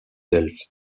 delft